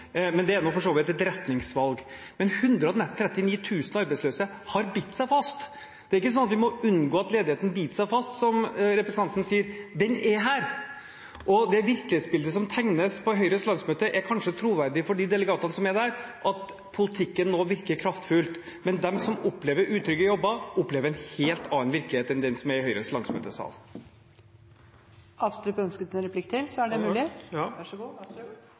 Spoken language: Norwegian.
men det er for så vidt et retningsvalg. Men 139 000 arbeidsløse har bitt seg fast. Det er ikke sånn at vi må unngå at ledigheten biter seg fast, som representanten sier – den er her. Og det virkelighetsbildet som tegnes på Høyres landsmøte, er kanskje troverdig for de delegatene som er der, at politikken nå virker kraftfullt, men de som opplever utrygge jobber, opplever en helt annen virkelighet enn de som er i salen på Høyres